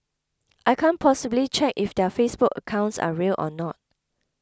I can't possibly check if their Facebook accounts are real or not